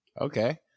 Okay